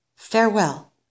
Farewell